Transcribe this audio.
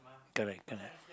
correct correct